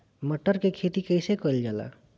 मटर के खेती कइसे कइल जाला?